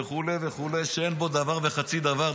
וכו' וכו', שאין בו דבר וחצי דבר.